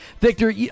Victor